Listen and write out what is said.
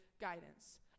guidance